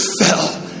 fell